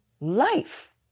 life